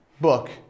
book